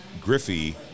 Griffey